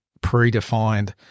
predefined